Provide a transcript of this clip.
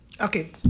okay